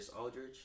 Aldridge